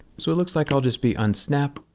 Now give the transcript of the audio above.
so it looks like i'll just be unsnap,